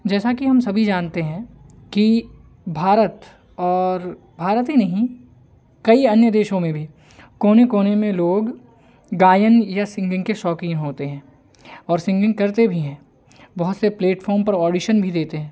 जैसा कि हम सभी जानते हैं कि भारत और भारत ही नही कई अन्य देशों में भी कोने कोने में लोग गायन या सिंगिंग के शौकीन होते हैं और सिंगिंग करते भी हैं बहुत से प्लेटफ़ॉर्म पर ऑडीशन भी देते हैं